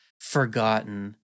forgotten